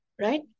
right